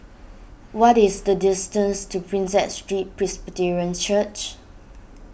what is the distance to Prinsep Street Presbyterian Church